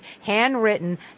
handwritten